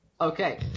Okay